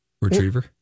Retriever